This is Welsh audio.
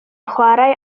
chwarae